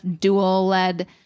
dual-led